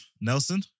Nelson